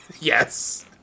Yes